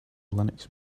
linux